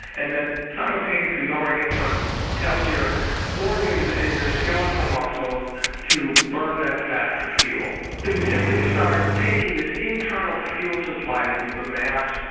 and simultaneously lowering insulin tells your organs and your skeletal muscles to burn that fat for fuel. so you simply start taking this internal fuel supply that you've amassed,